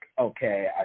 okay